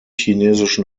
chinesischen